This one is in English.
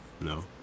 No